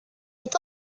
est